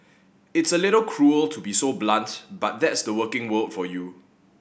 it's a little cruel to be so blunt but that's the working world for you